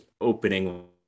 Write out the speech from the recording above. opening